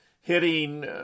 hitting